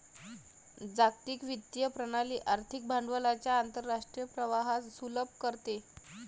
जागतिक वित्तीय प्रणाली आर्थिक भांडवलाच्या आंतरराष्ट्रीय प्रवाहास सुलभ करते